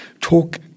talk